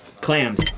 Clams